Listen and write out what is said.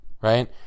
right